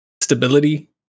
Stability